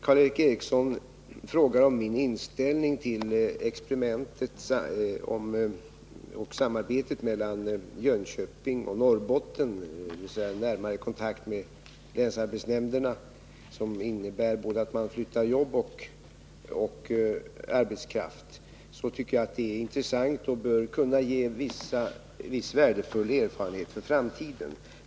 Karl Erik Eriksson frågade om min inställning till experimentet med samarbetet mellan Jönköping och Norrbotten, dvs. en närmare kontakt mellan länsarbetsnämnderna som innebär att man flyttar både jobb och arbetskraft. Jag tycker att detta är intressant och bör kunna ge viss värdefull erfarenhet för framtiden.